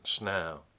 now